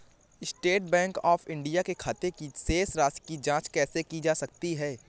State Bank of India के खाते की शेष राशि की जॉंच कैसे की जा सकती है?